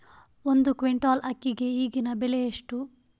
ಒಂದು ಕ್ವಿಂಟಾಲ್ ಅಕ್ಕಿಗೆ ಈಗಿನ ಬೆಲೆ ಎಷ್ಟು?